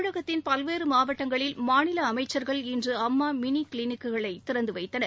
தமிழகத்தின் பல்வேறு மாவட்டங்களில் மாநில அமைச்சர்கள் இன்று அம்மா மினி கிளினிக்குகளை திறந்துவைத்தனர்